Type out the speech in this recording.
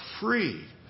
free